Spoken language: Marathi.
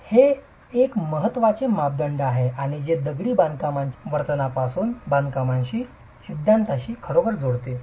तर हे एक महत्त्वाचे मापदंड आहे जे दगडी बांधकामाच्या वर्तनापासून बांधकामांशी सिद्धांताशी खरोखर जोडते